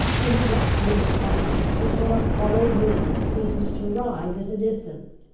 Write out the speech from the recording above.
they had not ridden far, before a hollow wind seemed to rise at a distance,